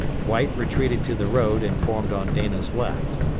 dwight retreated to the road and formed on dana's left.